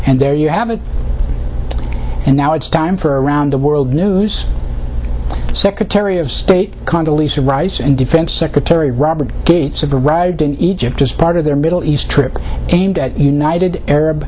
and there you have it and now it's time for around the world news secretary of state congolese rice and defense secretary robert gates of arrived in egypt as part of their middle east trip aimed at united arab